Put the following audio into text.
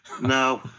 No